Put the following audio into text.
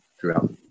throughout